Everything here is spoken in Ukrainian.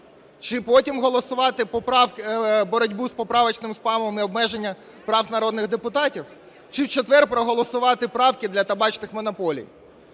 Чи потім голосувати боротьбу з поправочним спамом і обмеження прав народних депутатів? Чи в четвер проголосувати правки для табачных монополій?